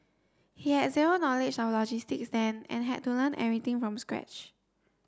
he had zero knowledge of logistics then and had to learn everything from scratch